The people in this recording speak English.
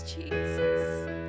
Jesus